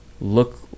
look